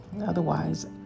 Otherwise